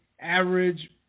average